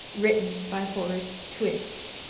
written by horace twiss